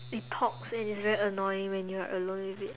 it talks and is very annoying when you're alone with it